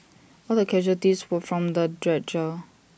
all the casualties were from the dredger